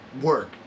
work